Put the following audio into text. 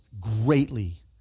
greatly